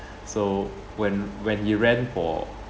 so when when he ran for